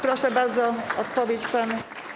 Proszę bardzo o odpowiedź pana.